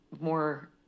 more